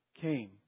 came